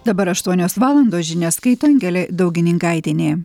dabar aštuonios valandos žinias skaito angelė daugininkaitienė